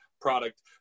product